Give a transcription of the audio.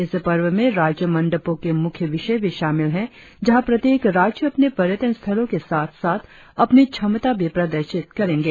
इस पर्व में राज्य मण्डपो के मुख्य विषय भी शामिल है जहां प्रत्येक राज्य अपने पर्यटन स्थलों के साथ साथ अपनी क्षमता भी प्रदर्शित करेंगे